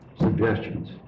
suggestions